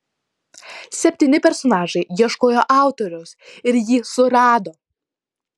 septyni personažai ieškojo autoriaus ir jį surado